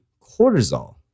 cortisol